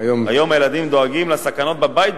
היום הם דואגים מסכנות בבית,